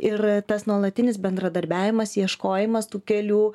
ir tas nuolatinis bendradarbiavimas ieškojimas tų kelių